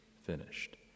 finished